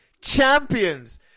champions